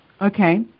Okay